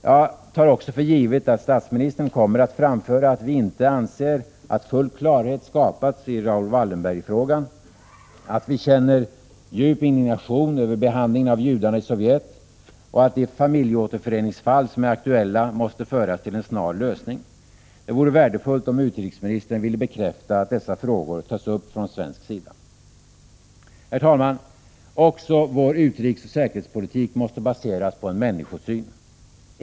Jag tar också för givet att statsministern kommer att framföra att vi inte anser att full klarhet skapats i Raoul Wallenberg-frågan, att vi känner djup indignation över behandlingen av judarna i Sovjet och att de familjeåterföreningsfall som är aktuella måsta föras till en snar lösning. Det vore värdefullt om utrikesministern ville bekräfta att dessa frågor tas upp från svensk sida. Herr talman! Också vår utrikesoch säkerhetspolitik måste baseras på en människosyn.